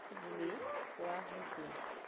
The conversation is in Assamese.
বুলি কোৱা হৈছিল